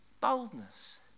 Boldness